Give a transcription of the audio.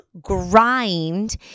grind